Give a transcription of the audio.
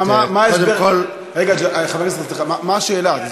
רגע, מה השאלה?